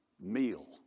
Meal